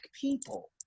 people